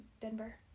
Denver